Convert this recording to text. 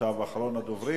עכשיו אחרון הדוברים.